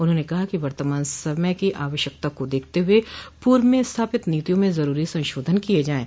उन्होंने कहा कि वर्तमान समय की आवश्यकता को देखते हुए पूर्व में स्थापित नीतियों म जरूरी संशोधन किए जाएं